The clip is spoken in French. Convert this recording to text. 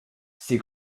ces